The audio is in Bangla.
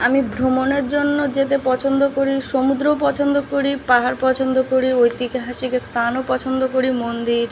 আমি ভ্রমণের জন্য যেতে পছন্দ করি সমুদ্রও পছন্দ করি পাহাড় পছন্দ করি ঐতিকহাসিক স্থানও পছন্দ করি মন্দির